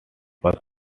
first